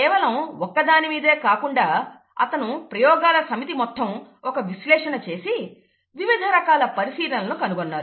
కేవలం ఒక్క దాని మీదే కాకుండా అతను ప్రయోగాల సమితి మొత్తం మీద ఒక విశ్లేషణ చేసి వివిధ రకాల పరిశీలనలు కనుగొన్నారు